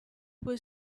was